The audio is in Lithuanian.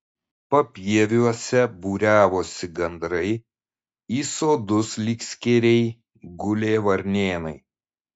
papieviuose būriavosi gandrai į sodus lyg skėriai gulė varnėnai